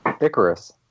Icarus